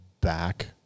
back